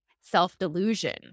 self-delusion